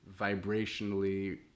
vibrationally